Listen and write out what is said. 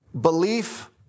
belief